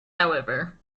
however